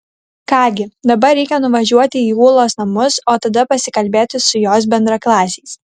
ką gi dabar reikia nuvažiuoti į ūlos namus o tada pasikalbėti su jos bendraklasiais